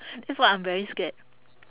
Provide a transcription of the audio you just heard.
that's what I'm very scared